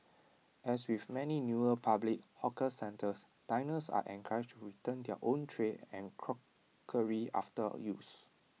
as with many newer public hawker centres diners are encouraged to return their own tray and crockery after use